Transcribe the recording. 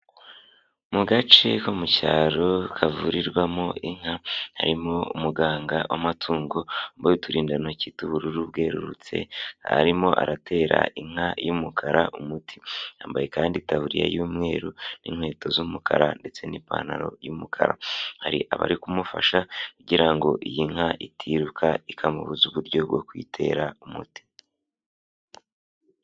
Mu gace ko mu cyaro kavurirwamo inka, harimo umuganga w'amatungo wambaye uturindantoki tw'ubururu bwerurutse, aarimo aratera inka y'umukara umuti, yambaye kandi itaburiya y'umweru n'inkweto z'umukara, ndetse n'ipantaro y'umukara, hari abari kumufasha kugira ngo iyi nka itiruka ikamubuza uburyo bwo kuyitera umuti.